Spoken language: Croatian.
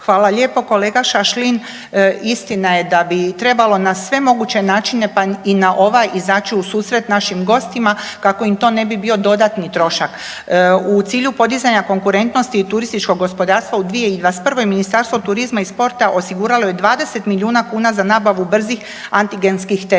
Hvala lijepo. Kolega Šašlin istina je da bi trebalo na sve moguće načine pa i na ovaj izaći u susret našim gostima kako im to ne bi bio dodatni trošak. U cilju podizanja konkurentnosti i turističkog gospodarstva u 2021. Ministarstvo turizma i sporta osiguralo je 20 milijuna kuna za nabavu brzih antigenskih testova.